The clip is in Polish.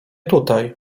tutaj